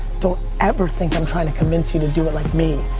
don't ever think i'm trying to convince you to do it like me.